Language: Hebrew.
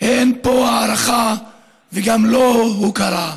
אין פה הערכה וגם לא הוקרה.